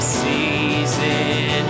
season